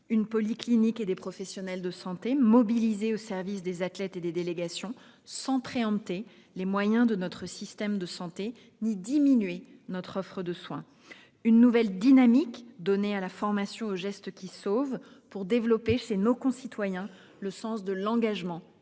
une polyclinique et des professionnels de santé, mobilisés au service des athlètes et des délégations, sans monopoliser les moyens de notre système de santé ni diminuer notre offre de soins ; une nouvelle dynamique donnée à la formation aux gestes qui sauvent, pour développer chez nos concitoyens le sens de l'engagement